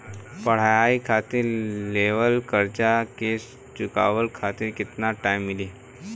पढ़ाई खातिर लेवल कर्जा के चुकावे खातिर केतना टाइम मिली?